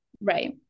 Right